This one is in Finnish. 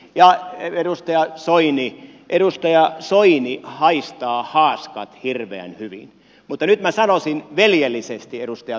ja edustaja soini edustaja soini haistaa haaskat hirveän hyvin mutta nyt minä sanoisin veljellisesti edustaja soinille